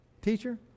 Teacher